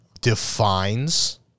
defines